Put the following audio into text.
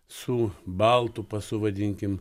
su baltu pasu vadinkim